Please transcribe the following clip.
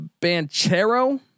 Banchero